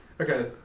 Okay